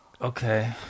Okay